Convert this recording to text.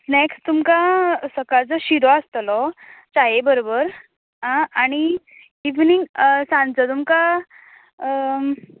like तुमकां सकाळचो शिरो आसतलो चाये बरबर आं आनी इवनींग सानचो तुमकां